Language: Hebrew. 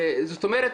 זאת אומרת,